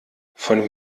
von